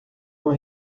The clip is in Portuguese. uma